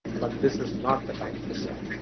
but this is not the time to sell.